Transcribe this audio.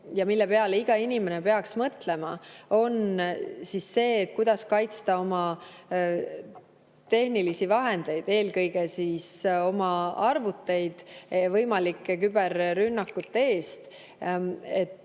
ja mille peale iga inimene peaks mõtlema, on see, kuidas kaitsta oma tehnilisi vahendeid, eelkõige oma arvuteid võimalike küberrünnakute eest. Ka